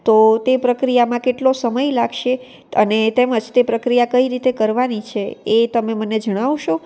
તો તે પ્રક્રિયામાં કેટલો સમય લાગશે અને તેમજ તે પ્રક્રિયા કઈ રીતે કરવાની છે એ તમે મને જણાવશો